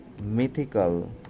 mythical